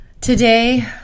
Today